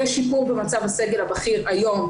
יש שיפו במצב הסגל הבכיר היום,